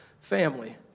family